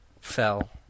fell